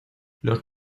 los